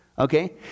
Okay